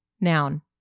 noun